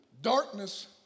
Darkness